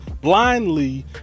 blindly